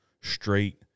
straight